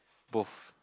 both